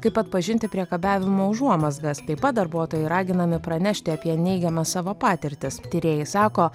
kaip atpažinti priekabiavimo užuomazgas taip pat darbuotojai raginami pranešti apie neigiamas savo patirtis tyrėjai sako